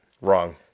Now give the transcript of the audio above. Wrong